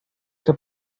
este